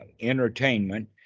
entertainment